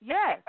Yes